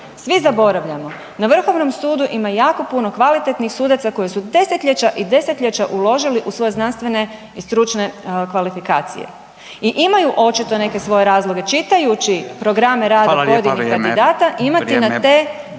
svi zaboravljamo na Vrhovnom sudu ima jako puno kvalitetnih sudaca koji su desetljeća i desetljeća uložili u svoje znanstvene i stručne kvalifikacije i imaju očito neke svoje razloge čitajući programe rada pojedinih kandidata